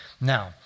Now